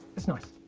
it's nice.